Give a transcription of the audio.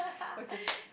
okay